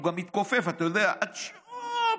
הוא גם מתכופף, אתה יודע, הג'ו-בים.